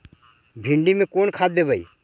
भिंडी में कोन खाद देबै?